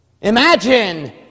Imagine